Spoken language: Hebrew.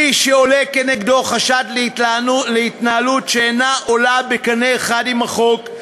מי שעולה כנגדו חשד להתנהלות שאינה עולה בקנה אחד עם החוק,